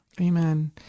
Amen